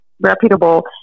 reputable